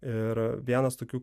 ir vienas tokių